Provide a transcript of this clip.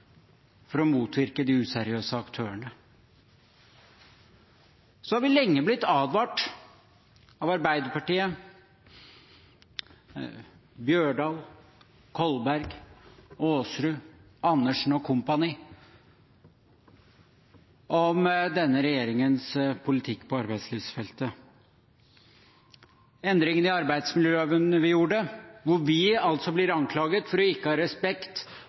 for å motvirke de useriøse aktørene. Vi har lenge blitt advart av Arbeiderpartiet – Holen Bjørdal, Kolberg, Aasrud, Andersen & co. – om denne regjeringens politikk på arbeidslivsfeltet. Ta f.eks. endringene av arbeidsmiljøloven som vi gjorde: Vi blir altså anklaget for ikke å ha respekt